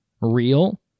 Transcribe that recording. real